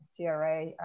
CRA